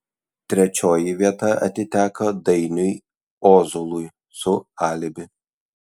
trečioji vieta atiteko dainiui ozolui su alibi